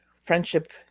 friendship